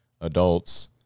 adults